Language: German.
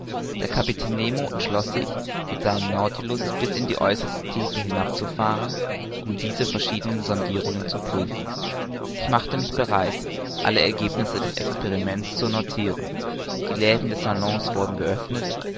der kapitän nemo entschloß sich mit seinem nautilus bis in die äußerste tiefe hinab zu fahren um diese verschiedenen sondirungen zu prüfen ich machte mich bereit alle ergebnisse des experiments zu notiren die läden des salons wurden geöffnet